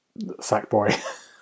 Sackboy